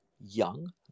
young